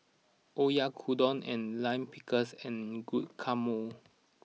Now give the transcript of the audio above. Oyakodon and Lime Pickles and Guacamole